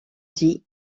dit